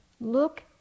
look